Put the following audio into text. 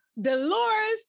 Dolores